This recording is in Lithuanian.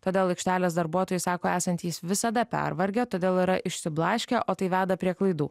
todėl aikštelės darbuotojai sako esantys visada pervargę todėl yra išsiblaškę o tai veda prie klaidų